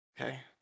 Okay